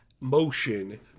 motion